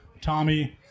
Tommy